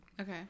Okay